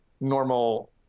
normal